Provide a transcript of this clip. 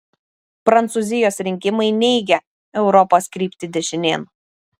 prancūzijos rinkimai neigia europos kryptį dešinėn